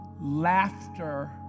laughter